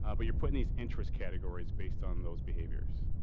ah but you're putting these interest categories based on those behaviors.